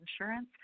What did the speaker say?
insurance